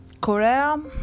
Korea